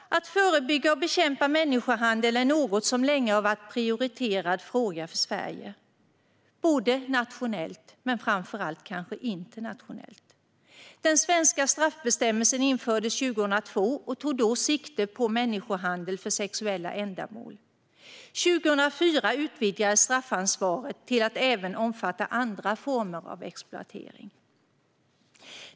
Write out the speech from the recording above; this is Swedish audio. Att förebygga och bekämpa människohandel är något som länge har varit en prioriterad fråga för Sverige både nationellt och framför allt internationellt. Den svenska straffbestämmelsen infördes 2002 och tog då sikte på människohandel för sexuella ändamål. År 2004 utvidgades straffansvaret till att även omfatta andra former av exploatering.